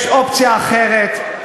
יש אופציה אחרת.